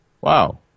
Wow